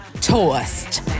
toast